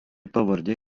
pavardė